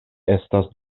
estas